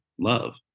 love